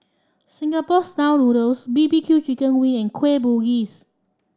Singapore noodles B B Q chicken wing and Kueh Bugis